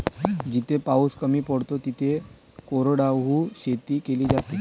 जिथे पाऊस कमी पडतो तिथे कोरडवाहू शेती केली जाते